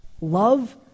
Love